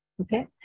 okay